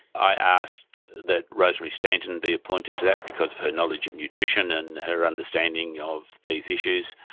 i asked that rosemary stanton be appointed to that because of her knowledge of nutrition, and her understanding of these issues.